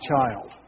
child